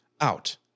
out